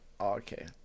okay